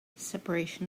separation